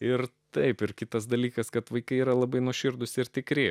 ir taip ir kitas dalykas kad vaikai yra labai nuoširdūs ir tikri